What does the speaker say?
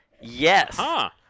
Yes